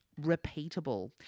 repeatable